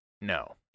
no